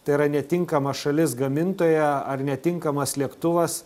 tai yra netinkama šalis gamintoja ar netinkamas lėktuvas